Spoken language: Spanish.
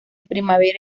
primavera